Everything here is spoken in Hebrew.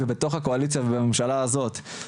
ובתוך הקואליציה ובממשלה הזאת,